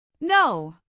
No